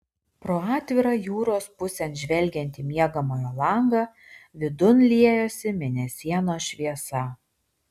pro atvirą jūros pusėn žvelgiantį miegamojo langą vidun liejosi mėnesienos šviesa